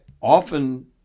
often